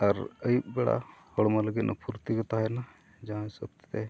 ᱟᱨ ᱟᱹᱭᱩᱵ ᱵᱮᱲᱟ ᱦᱚᱲᱢᱚ ᱞᱟᱹᱜᱤᱫ ᱯᱷᱩᱨᱛᱤ ᱠᱚ ᱛᱟᱦᱮᱱᱟ ᱡᱟᱦᱟᱸ ᱦᱤᱥᱟᱹᱵ ᱛᱮ